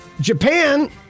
Japan